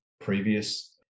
previous